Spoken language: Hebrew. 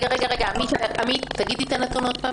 רגע, תגידי את הנתון עוד פעם.